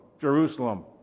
Jerusalem